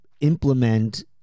implement